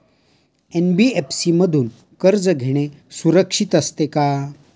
NBFC मधून कर्ज घेणे सुरक्षित असते का?